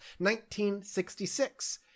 1966